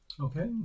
Okay